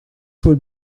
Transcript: would